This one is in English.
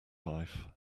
life